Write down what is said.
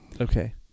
Okay